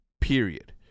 Period